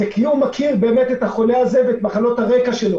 כי הוא מכיר את החולה הזה ואת בעיות הרקע שלו